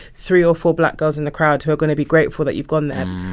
three or four black girls in the crowd who are going to be grateful that you've gone there.